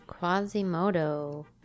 Quasimodo